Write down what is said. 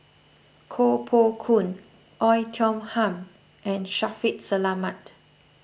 Koh Poh Koon Oei Tiong Ham and Shaffiq Selamat